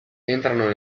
entrano